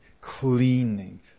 cleaning